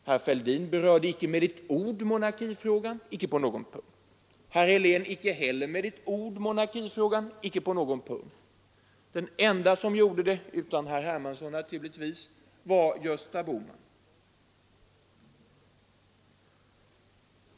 Herr Fälldin berörde icke med ett ord och icke på någon punkt monarkifrågan. Det gjorde inte heller herr Helén. Den enda av partiledarna, utom naturligtvis herr Hermansson, som tog upp frågan var Gösta Bohman.